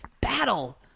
Battle